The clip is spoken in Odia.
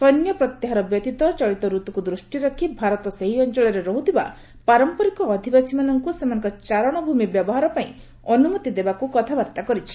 ସୈନ୍ୟ ପ୍ରତ୍ୟାହାର ବ୍ୟତୀତ ଚଳିତ ରତ୍କୁ ଦୃଷ୍ଟିରେ ରଖି ଭାରତ ସେହି ଅଞ୍ଚଳରେ ରହୁଥିବା ପାରମ୍ପରିକ ଅଧିବାସୀମାନଙ୍କୁ ସେମାନଙ୍କ ଚାରଣ ଭୂମି ବ୍ୟବହାର ପାଇଁ ଅନୁମତି ଦେବାକୁ କଥାବାର୍ତ୍ତା କରିଛି